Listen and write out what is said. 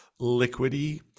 liquidy